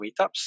meetups